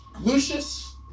Lucius